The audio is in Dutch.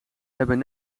hebben